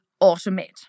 automate